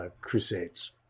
Crusades